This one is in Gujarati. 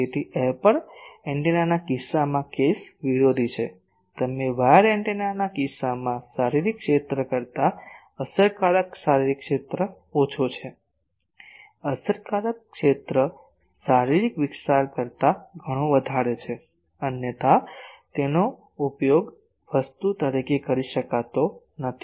તેથી છિદ્ર એન્ટેનાના કિસ્સામાં કેસ વિરોધી છે તમે વાયર એન્ટેનાના કિસ્સામાં શારીરિક ક્ષેત્ર કરતાં અસરકારક શારીરિક ક્ષેત્ર ઓછો છે અસરકારક ક્ષેત્ર શારીરિક વિસ્તાર કરતા ઘણો વધારે છે અન્યથા તેનો ઉપયોગ વસ્તુ તરીકે કરી શકાતો નથી